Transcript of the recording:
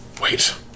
wait